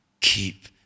keep